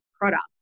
products